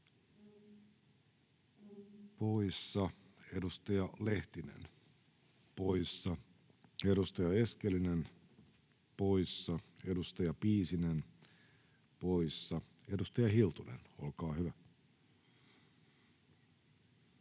poissa, edustaja Lehtinen poissa, edustaja Eskelinen poissa, edustaja Piisinen poissa. — Edustaja Hiltunen, olkaa hyvä.